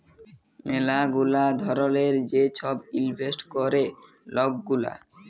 ম্যালা গুলা ধরলের যে ছব ইলভেস্ট ক্যরে লক গুলা